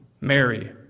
Mary